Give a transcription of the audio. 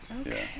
Okay